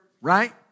Right